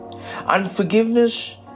Unforgiveness